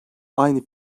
aynı